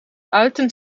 alten